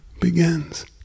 begins